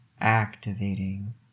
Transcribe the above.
activating